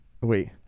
Wait